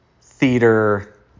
theater